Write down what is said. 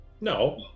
No